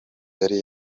yari